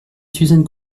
suzanne